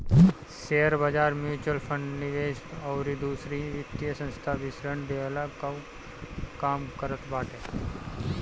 शेयरबाजार, mutual fund, निवेश अउरी दूसर वित्तीय संस्था भी ऋण देहला कअ काम करत बाटे